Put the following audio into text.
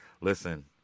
Listen